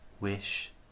wish